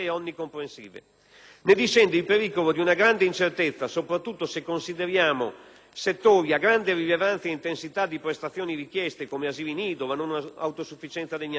Ne discende il pericolo di una grande incertezza, soprattutto se consideriamo settori a grande rilevanza e intensità di prestazioni richieste, come asili nido o la non autosufficienza degli anziani o l'*handicap*;